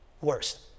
worst